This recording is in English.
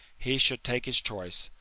he should take his choice.